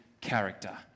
character